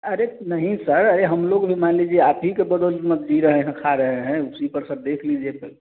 अरे नहीं सर अरे हम लोग भी मान लीजिए आप ही के बदौलत ना जी रहें हैं खा रहें हैं उसी पर सर देख लीजिए सर